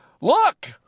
look